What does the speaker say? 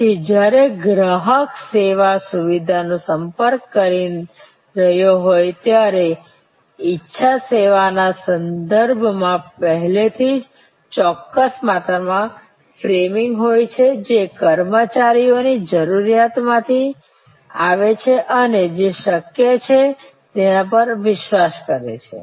તેથી જ્યારે ગ્રાહક સેવા સુવિધાનો સંપર્ક કરી રહ્યો હોય ત્યારે ઈચ્છા સેવાના સંદર્ભમાં પહેલેથી જ ચોક્કસ માત્રામાં ફ્રેમિંગ હોય છે જે કર્મચારીઓની જરૂરિયાતમાંથી આવે છે અને જે શક્ય છે તેના પર વિશ્વાસ કરે છે